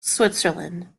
switzerland